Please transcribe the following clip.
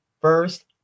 first